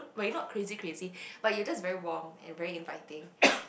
but you not crazy crazy but you just very warm and very inviting